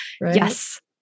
yes